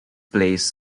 plays